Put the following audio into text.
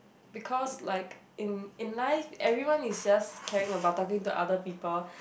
because like in in life everyone is just caring about talking to other people